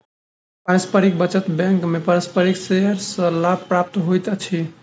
पारस्परिक बचत बैंक में पारस्परिक शेयर सॅ लाभ प्राप्त होइत अछि